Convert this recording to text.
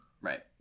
right